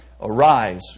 Arise